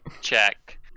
check